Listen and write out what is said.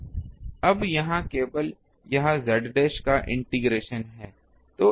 अब यहाँ केवल यह dz डैश का इंटीग्रेशन है